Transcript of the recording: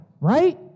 right